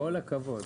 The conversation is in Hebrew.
כל הכבוד.